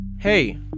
Hey